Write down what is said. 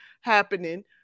happening